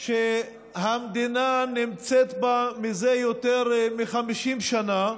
שהמדינה נמצאת בה מזה יותר מ-50 שנה,